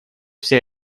вся